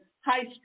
high